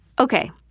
Okay